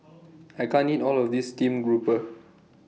I can't eat All of This Steamed Grouper